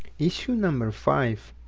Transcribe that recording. issue number five,